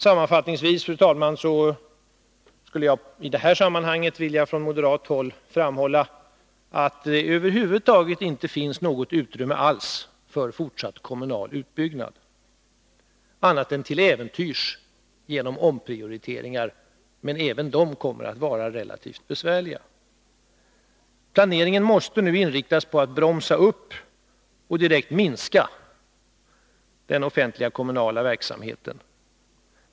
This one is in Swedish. Sammanfattningsvis, fru talman, vill jag i detta sammanhang för moderaternas del framhålla att det över huvud taget inte finns något utrymme alls för fortsatt kommunal utbyggnad annat än till äventyrs genom omprioriteringar. Men även de kommer att vara relativt besvärliga. Planeringen måste nu inriktas på att bromsa upp och direkt minska den offentliga kommunala verksamheten.